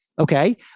Okay